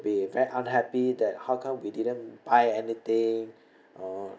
be very unhappy that how come we didn't buy anything or